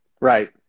Right